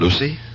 Lucy